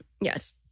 yes